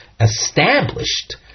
established